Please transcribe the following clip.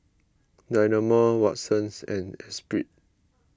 Dynamo Watsons and Espirit